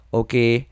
okay